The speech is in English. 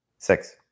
Six